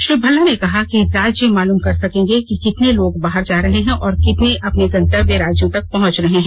श्री भल्ला ने कहा कि राज्य मालूम कर सकेंगे कि कितने लोग बाहर जा रहे हैं और कितने अपने गंतव्य राज्यों तक पहुंच रहे हैं